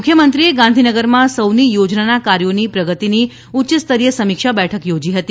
મુખ્યમંત્રીએ ગાંધીનગરમાં સૌની યોજનાના કાર્યોની પ્રગતિની ઉચ્યસ્તરીય સમીક્ષા બેઠક યોજી હતી